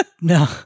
No